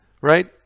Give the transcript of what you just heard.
Right